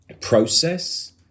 process